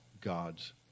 God's